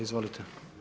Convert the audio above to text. Izvolite.